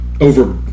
over